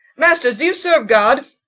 masters, do you serve god?